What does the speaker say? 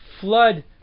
flood